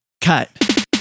cut